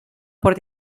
por